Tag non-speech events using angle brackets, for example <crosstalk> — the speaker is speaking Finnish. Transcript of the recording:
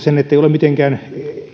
<unintelligible> sen ettei ole mitenkään